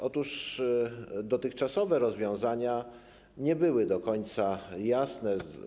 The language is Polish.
Otóż dotychczasowe rozwiązania nie były do końca jasne.